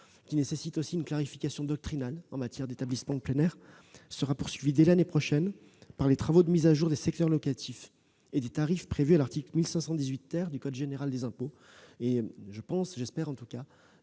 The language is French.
et nécessite aussi une clarification doctrinale en matière d'établissements en plein air, sera poursuivi dès l'année prochaine par les travaux de mise à jour des secteurs locatifs et des tarifs prévus à l'article 1518 du code général des impôts. Je pense que les travaux